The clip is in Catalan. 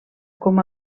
com